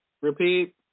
Repeat